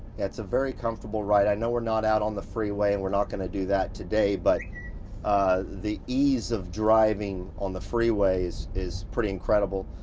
it's a very comfortable ride. i know we're not out on the freeway, and we're not going to do that today. but the ease of driving on the freeways is pretty incredible.